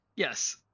Yes